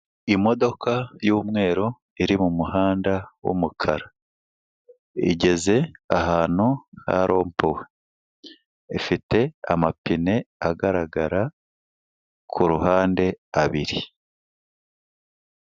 Imodoka y'umweru iri mu muhanda w'umukara, igeze ahantu ha rompuwe, ifite amapine agaragara ku ruhande abiri.